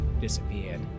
disappeared